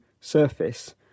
surface